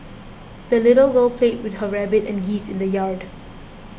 the little girl played with her rabbit and geese in the yard